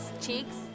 cheeks